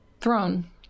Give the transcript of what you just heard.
throne